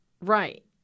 Right